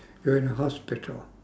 you are in a hospital